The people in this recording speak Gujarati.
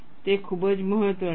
તે ખૂબ જ મહત્ત્વનું છે